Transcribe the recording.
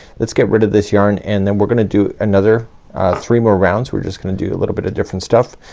let's get rid of this yarn and then we're gonna do another three more rounds. we're just gonna do a little bit of different stuff.